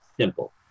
simple